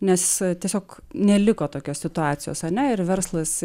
nes tiesiog neliko tokios situacijos ar ne ir verslas